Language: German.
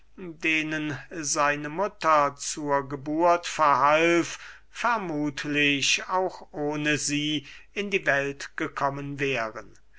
denen seine mutter zur geburt verhalf vermuthlich auch ohne sie in die welt gekommen wären